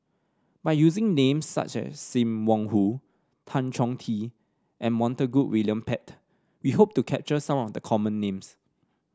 by using names such as Sim Wong Hoo Tan Chong Tee and Montague William Pett we hope to capture some of the common names